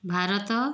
Bharat